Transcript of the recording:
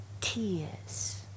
tears